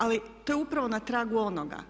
Ali to je upravo na tragu onoga.